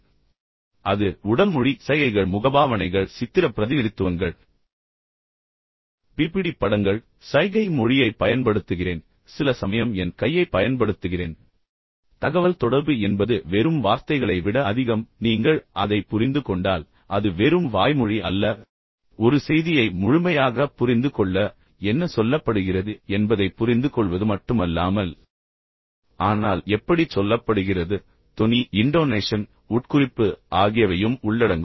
எனவே அது உடல் மொழி சைகைகள் முகபாவனைகள் சித்திர பிரதிநிதித்துவங்கள் நான் பிபிடி படங்கள் சைகை மொழியைப் பயன்படுத்துகிறேன் சில சமயங்களில் உங்களுக்கு ஏதாவது ஒன்றைக் குறிப்பிட என் கையைப் பயன்படுத்துகிறேன் தகவல் தொடர்பு என்பது வெறும் வார்த்தைகளை விட அதிகம் நீங்கள் அதை புரிந்து கொண்டால் அது வெறும் வாய்மொழி அல்ல ஒரு செய்தியை முழுமையாகப் புரிந்துகொள்ள என்ன சொல்லப்படுகிறது என்பதைப் புரிந்துகொள்வது மட்டுமல்லாமல் ஆனால் எப்படிச் சொல்லப்படுகிறது தொனி இன்டோனேஷன் உட்குறிப்பு ஆகியவையும் உள்ளடங்கும்